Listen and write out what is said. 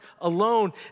alone